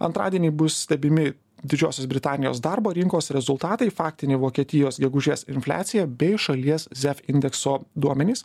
antradienį bus stebimi didžiosios britanijos darbo rinkos rezultatai faktinį vokietijos gegužės infliaciją bei šalies zef indekso duomenys